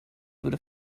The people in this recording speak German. würde